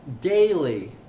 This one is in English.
daily